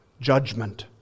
judgment